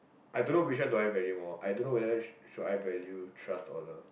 I don't know which one do I value more I don't know whether should I value trust or love